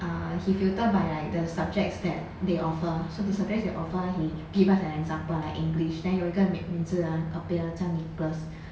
he filter by like the subjects that they offer so the surface he offer he gives us an example like english then 有一个名字 ah appear 叫 nicholas